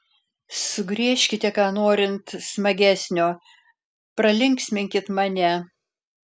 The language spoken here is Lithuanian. sugriežkite ką norint smagesnio pralinksminkit mane